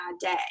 day